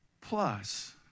Plus